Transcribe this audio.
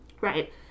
Right